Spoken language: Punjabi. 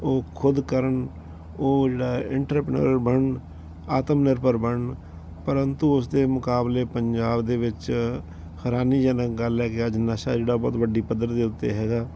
ਉਹ ਖੁਦ ਕਰਨ ਉਹ ਜਿਹੜਾ ਇੰਟਰਪਨੋਰ ਬਣਨ ਆਤਮ ਨਿਰਭਰ ਬਣਨ ਪਰੰਤੂ ਉਸਦੇ ਮੁਕਾਬਲੇ ਪੰਜਾਬ ਦੇ ਵਿੱਚ ਹੈਰਾਨੀਜਨਕ ਗੱਲ ਹੈ ਕਿ ਅੱਜ ਨਸ਼ਾ ਜਿਹੜਾ ਬਹੁਤ ਵੱਡੀ ਪੱਧਰ ਦੇ ਉੱਤੇ ਹੈਗਾ